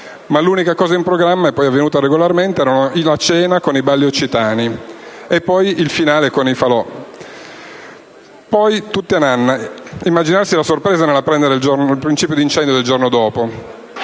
Ma l'unica cosa in programma, e poi avvenuta regolarmente, erano la cena con i balli occitani e poi il finale con il falò. Poi tutti a nanna. Immaginarsi la sorpresa nell'apprendere del principio d'incendio il giorno dopo...